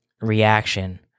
reaction